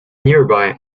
nearby